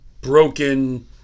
broken